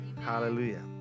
Hallelujah